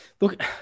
Look